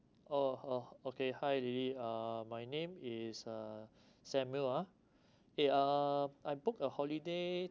oh oh okay hi lilly uh my name is uh samuel ah eh uh I booked a holiday